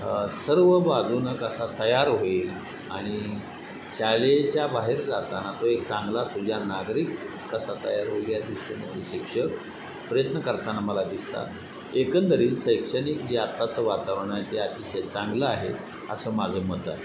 सर्व बाजूनं कसा तयार होईल आणि शाळेच्या बाहेर जाताना तो एक चांगला सुजाण नागरिक कसा तयार होईल या दृष्टीनं शिक्षक प्रयत्न करताना मला दिसतात एकंदरीत शैक्षणिक जे आत्ताचं वातावरण आहे ते अतिशय चांगलं आहे असं माझं मत आहे